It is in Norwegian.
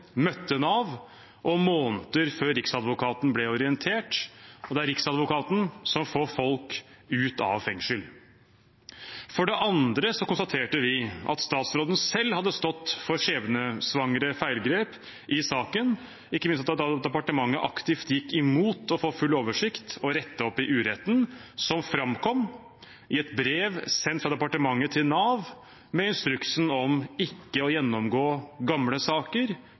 møtte Nav, og måneder før Riksadvokaten ble orientert – og det er Riksadvokaten som får folk ut av fengsel. For det andre konstaterte vi at statsråden selv hadde stått for skjebnesvangre feilgrep i saken, ikke minst da departementet aktivt gikk imot å få full oversikt og rette opp i uretten som framkom i et brev sendt fra departementet til Nav med instruksen om ikke å gjennomgå gamle saker,